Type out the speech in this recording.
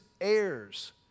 heirs